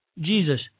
Jesus